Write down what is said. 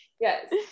Yes